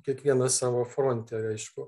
kiekvienas savo fronte aišku